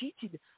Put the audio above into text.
cheated